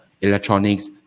Electronics